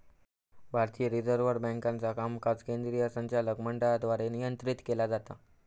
भारतीय रिझर्व्ह बँकेचा कामकाज केंद्रीय संचालक मंडळाद्वारे नियंत्रित केला जाता